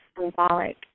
symbolic